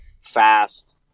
fast